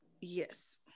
Yes